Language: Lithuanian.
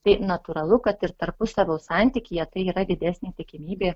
tai natūralu kad ir tarpusavio santykyje tai yra didesnė tikimybė